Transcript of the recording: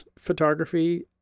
photography